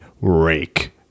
rake